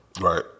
Right